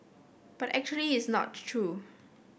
but actually it's not true